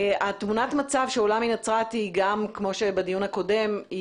תמונת המצב שעולה מנצרת היא כפי שעלתה בדיון הקודם,